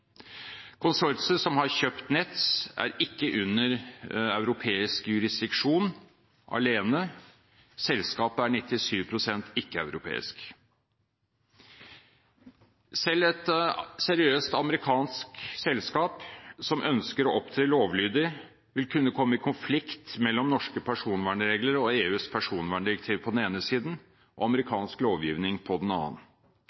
under europeisk jurisdiksjon alene. Selskapet er 97 pst. ikke-europeisk. Selv et seriøst amerikansk selskap som ønsker å opptre lovlydig, vil kunne komme i konflikt med norske personvernregler og EUs personverndirektiv på den ene siden og